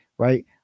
Right